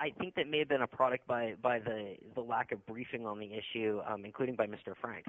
i think that may have been a product by by the the lack of briefing on the issue including by mr frank